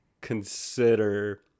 consider